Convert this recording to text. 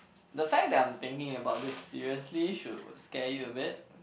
the fact that I'm thinking about this seriously should scare you a bit